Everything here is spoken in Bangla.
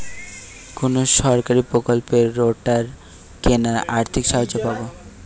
কোন সরকারী প্রকল্পে রোটার কেনার আর্থিক সাহায্য পাব?